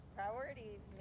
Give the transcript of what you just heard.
Priorities